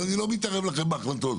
אבל אני לא מתערב לכם בהחלטות.